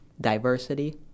diversity